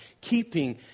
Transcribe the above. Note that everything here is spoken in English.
keeping